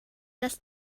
das